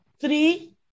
three